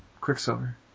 Quicksilver